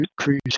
cruise